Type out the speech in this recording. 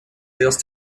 erst